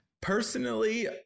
Personally